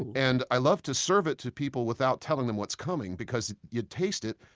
and i love to serve it to people without telling them what's coming because you taste it,